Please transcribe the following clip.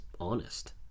honest